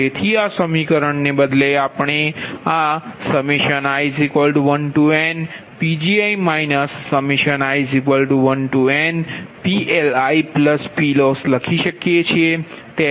તેથી આ સમીકરણને બદલે આપણે આ i1nPgi i1nPLiPloss લખી શકીએ છીએ